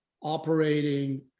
operating